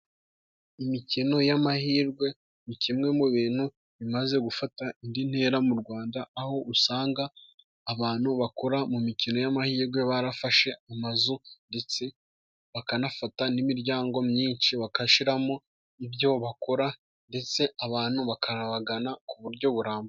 Imikino y'amahirwe ni kimwe mu bintu bimaze gufata indi ntera mu Rwanda, aho usanga abantu bakora mu mikino y'amahirwe barafashe amazu ndetse bakanafata n'imiryango myinshi, bagashyiramo ibyo bakora ndetse abantu bakanabagana ku buryo burambye.